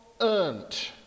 earned